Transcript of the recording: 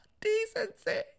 Decency